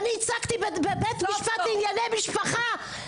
אני ייצגתי בבית המשפט לענייני משפחה,